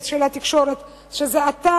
בתקשורת צריכה להיות כוללת,